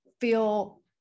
feel